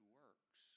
works